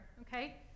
okay